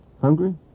Hungry